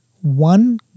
One